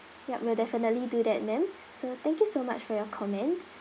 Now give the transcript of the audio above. yup we'll definitely do that ma'am so thank you so much for your comment